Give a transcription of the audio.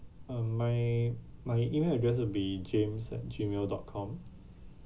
uh my my email address would be james at gmail dot com